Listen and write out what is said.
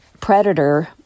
predator